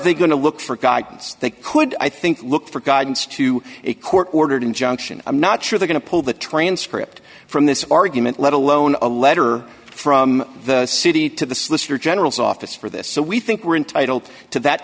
they going to look for guidance they could i think look for guidance to a court ordered injunction i'm not sure they going to pull the transcript from this argument let alone a letter from the city to the solicitor general's office for this so we think we're entitled to that